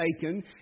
taken